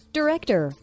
director